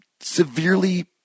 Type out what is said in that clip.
severely